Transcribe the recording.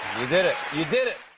you did it. you did it.